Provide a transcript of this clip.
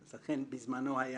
לכאורה, למה?